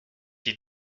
die